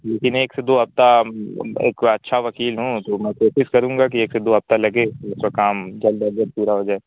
لیکن ایک سے دو ہفتہ ایک اچھا وکیل ہوں تو میں کوشش کروں گا کہ ایک سے دو ہفتہ لگے اس کا کام جلد اذ جلد پورا ہو جائے